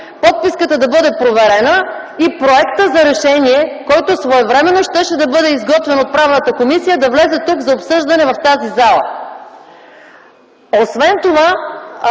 подписката да бъде проверена и проектът за решение, който своевременно щеше да бъде изготвен от Правната комисия, да влезе за обсъждане в тази зала. Освен това,